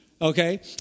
okay